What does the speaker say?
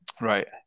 Right